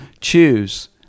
choose